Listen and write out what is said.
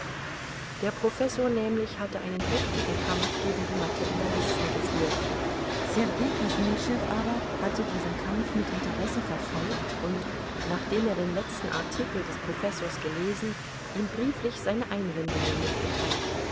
der professor nämlich hatte einen heftigen kampf gegen die materialisten geführt sergei kosnüschew aber hatte diesen kampf mit interesse verfolgt und nachdem er den letzten artikel des professors gelesen ihm brieflich seine einwendungen mitgeteilt